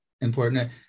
important